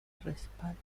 respaldo